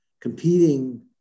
competing